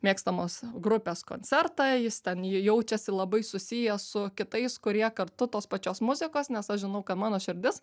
mėgstamos grupės koncertą jis ten jaučiasi labai susijęs su kitais kurie kartu tos pačios muzikos nes aš žinau kad mano širdis